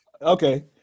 Okay